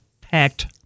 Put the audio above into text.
packed